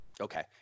Okay